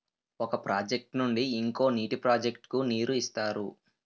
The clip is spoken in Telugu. ఒక ప్రాజెక్ట్ నుండి ఇంకో నీటి ప్రాజెక్ట్ కు నీరు ఇస్తారు